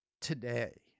today